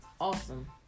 Awesome